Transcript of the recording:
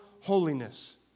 holiness